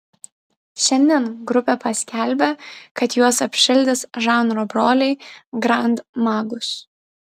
šiandien grupė paskelbė kad juos apšildys žanro broliai grand magus